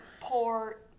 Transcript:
poor